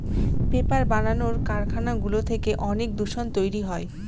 paper বানানোর কারখানাগুলো থেকে অনেক দূষণ তৈরী হয়